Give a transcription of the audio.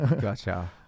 gotcha